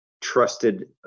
trusted